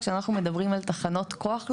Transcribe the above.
כשאנחנו מדברים על תחנות כוח,